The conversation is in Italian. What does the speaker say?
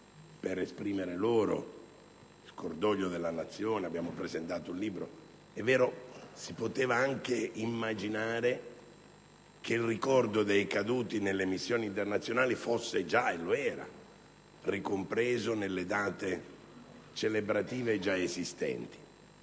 per esprimere loro il cordoglio della Nazione, e abbiamo presentato anche un libro. Si poteva immaginare che il ricordo dei caduti nelle missioni internazionali fosse già - e lo era - compreso nelle date celebrative già esistenti.